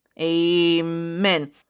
Amen